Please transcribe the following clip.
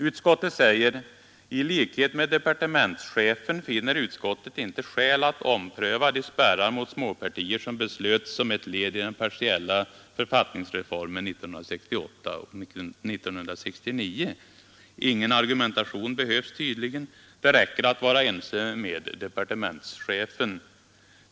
Utskottet säger: ”I likhet med departementschefen finner utskottet inte skäl att ompröva de spärrar mot småpartier som beslöts som ett led i den partiella författningsreformen 1968 och 1969.” Ingen argumentering behövs tydligen; det räcker att vara ense med departementschefen.